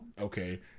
Okay